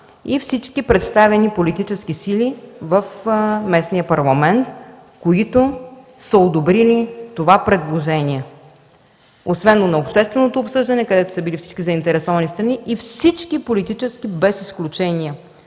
и всички представени политически сили в местния парламент, които са одобрили това предложение, освен на общественото обсъждане, където са били всички заинтересовани страни и всички политически представени